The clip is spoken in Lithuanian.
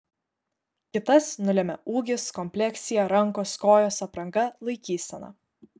kitas nulemia ūgis kompleksija rankos kojos apranga laikysena